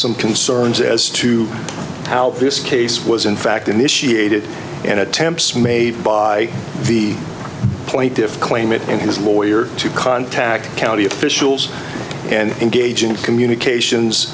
some concerns as to how this case was in fact initiated and attempts made by the plaintiffs claimant and his lawyer to contact county officials and engage in communications